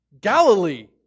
Galilee